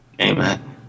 Amen